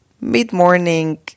mid-morning